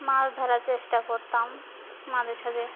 মাছ ধরার চেষ্টা করতাম মাঝে সাঝে